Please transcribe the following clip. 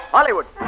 Hollywood